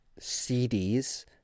CDs